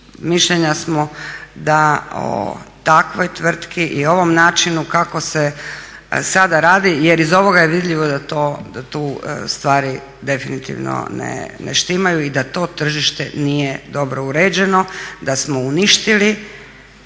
mišljenja samo da o takvoj tvrtki i ovom načinu kako se sada radi jer iz ovoga je vidljivo da tu stvari definitivno ne štimaju i da to tržište nije dobro uređeno, da smo uništili